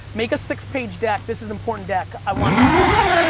make a six page deck. this is an important deck. i want this fast.